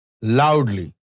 loudly